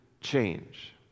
change